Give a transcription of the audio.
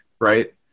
right